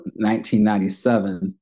1997